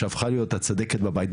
שהפכה להיות הצדקת בבית,